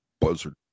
Buzzard